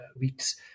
weeks